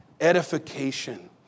Edification